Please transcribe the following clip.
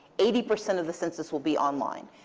eighty percent of the census will be online.